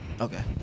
Okay